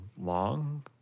long